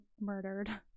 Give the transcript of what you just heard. murdered